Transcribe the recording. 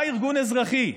בא ארגון אזרחי,